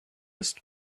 ist